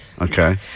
Okay